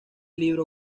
libro